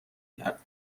کرد